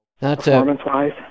performance-wise